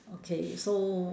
okay so